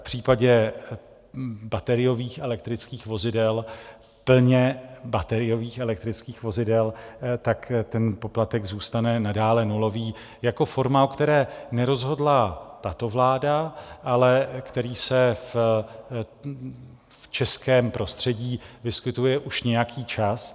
V případě bateriových elektrických vozidel, plně bateriových elektrických vozidel tak ten poplatek zůstane nadále nulový jako forma, o které nerozhodla tato vláda, ale který se v českém prostředí vyskytuje už nějaký čas.